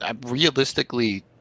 Realistically